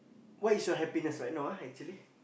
what is your happiness right now ah actually